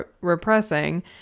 repressing